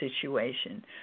situation